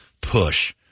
push